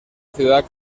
ciudad